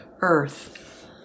earth